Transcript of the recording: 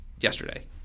yesterday